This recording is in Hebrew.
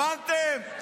הבנתם?